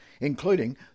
including